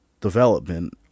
development